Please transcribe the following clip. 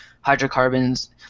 hydrocarbons